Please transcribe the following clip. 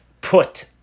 put